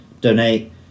Donate